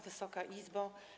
Wysoka Izbo!